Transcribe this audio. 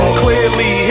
clearly